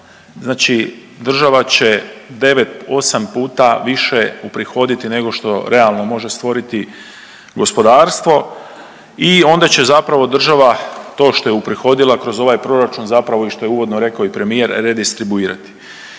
Znači država će 9, 8 puta više uprihoditi nego što realno može stvoriti gospodarstvo i onda će zapravo država to što je uprihodila kroz ovaj proračun zapravo i što je uvodno rekao i premijer redistribuirati.